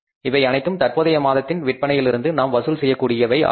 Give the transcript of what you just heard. இவை அனைத்தும் தற்போதைய மாதத்தின் விற்பனையில் இருந்து நாம் வசூல் செய்யக்கூடியவை ஆகும்